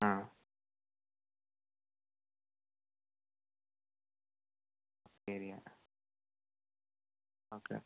ആ ഇല്ല ഓക്കെ